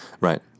Right